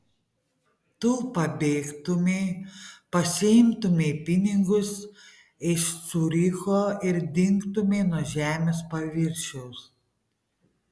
tu pabėgtumei pasiimtumei pinigus iš ciuricho ir dingtumei nuo žemės paviršiaus